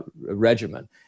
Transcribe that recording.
regimen